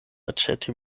aĉeti